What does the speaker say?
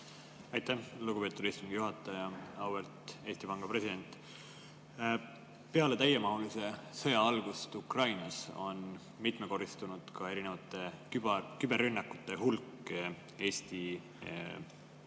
Aitäh, lugupeetud istungi juhataja! Auväärt Eesti Panga president! Peale täiemahulise sõja algust Ukrainas on mitmekordistunud erinevate küberrünnakute hulk Eesti elutähtsate